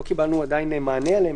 לא קיבלנו עדיין מענה עליהן.